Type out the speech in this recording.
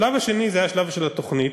השלב השני היה השלב של התוכנית,